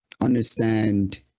understand